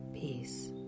peace